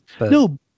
No